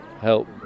help